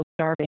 starving